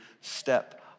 step